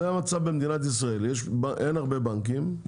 זה המצב במדינת ישראל, אין הרבה בנקים,